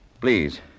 Please